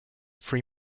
free